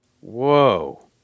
Whoa